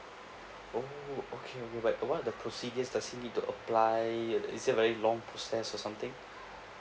oh okay but what are the procedures does he need to apply is it a very long process or something